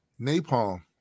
Napalm